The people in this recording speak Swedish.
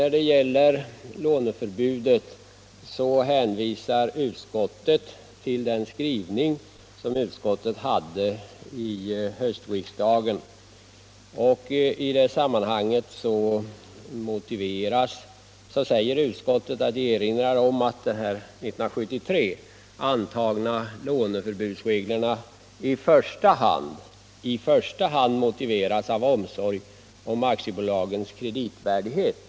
Utskottet hänvisar till sin skrivning i samband med ärendets behandling i höstas, då utskottet erinrade om ”att de år 1973 antagna låneförbudsreglerna i första hand motiveras av omsorg om aktiebolagens kreditvärdighet”.